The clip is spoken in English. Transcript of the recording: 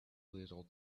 little